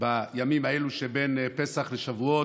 בימים האלה שבין פסח לשבועות: